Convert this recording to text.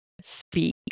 speak